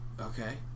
okay